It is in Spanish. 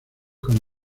con